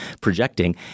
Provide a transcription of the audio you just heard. projecting